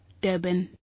Durban